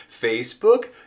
Facebook